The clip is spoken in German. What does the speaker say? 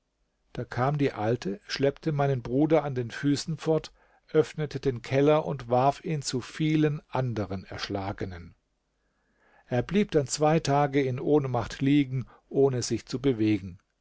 da kam die alte schleppte meinen bruder an den füßen fort öffnete den keller und warf ihn zu vielen anderen erschlagenen er blieb dann zwei tage in ohnmacht liegen ohne sich zu bewegen